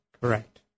Correct